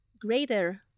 greater